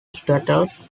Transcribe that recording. statues